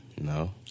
No